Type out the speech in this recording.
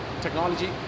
technology